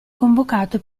convocato